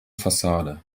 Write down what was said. fassade